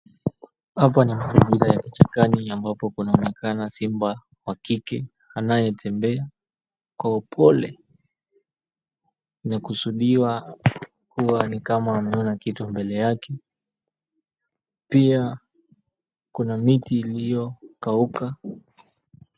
Hapa ni mazingira ya kichakani ambapo kunaonekana simba wa kike anayetembea kwa upole, inakusudiwa kuwa ni kama ameona kitu mbele yake, pia kuna miti iliyokauka.